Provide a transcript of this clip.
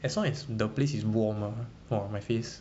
as long as the place is warm uh !wah! my face